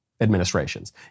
administrations